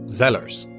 zellers.